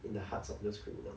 in the hearts of those criminals